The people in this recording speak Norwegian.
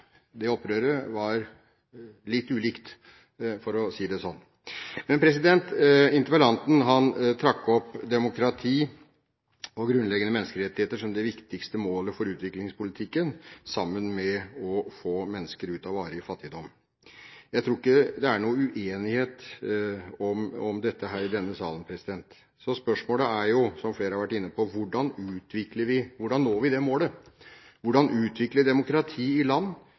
det opprøret var litt ulikt, for å si det slik. Interpellanten trakk opp demokrati og grunnleggende menneskerettigheter som det viktigste målet for utviklingspolitikken, sammen med å få mennesker varig ut av fattigdom. Jeg tror ikke det er noen uenighet om dette her i denne salen. Spørsmålet er, som flere har vært inne på: Hvordan når vi det målet? Hvordan utvikle demokrati i land